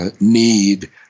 need